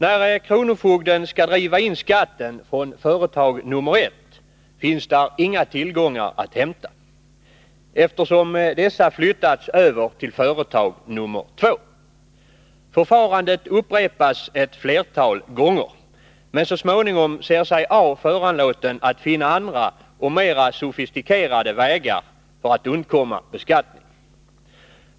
När kronofogden skall driva in skatten från företag nr 1 finns där inga tillgångar att hämta, eftersom dessa flyttats över till företag nr 2 Förfarandet upprepas ett flertal gånger, men så småningom ser sig A föranlåten att finna andra och mera sofistikerade vägar för att undkomma beskattning.